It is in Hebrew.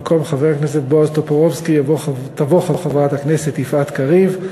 במקום חבר הכנסת בועז טופורובסקי תבוא חברת הכנסת יפעת קריב.